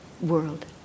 world